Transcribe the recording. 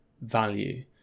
value